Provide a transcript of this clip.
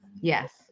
Yes